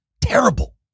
Terrible